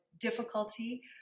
difficulty